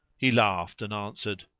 he laughed and answered,